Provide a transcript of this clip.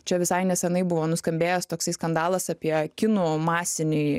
čia visai nesenai buvo nuskambėjęs toksai skandalas apie kinų masinį